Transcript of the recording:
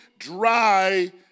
dry